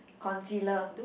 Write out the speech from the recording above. concealer